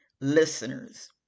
listeners